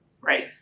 Right